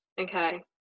Okay